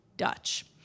Dutch